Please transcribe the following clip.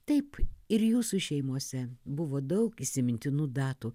taip ir jūsų šeimose buvo daug įsimintinų datų